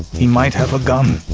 he might have a gun.